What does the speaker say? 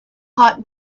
hot